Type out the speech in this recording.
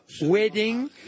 wedding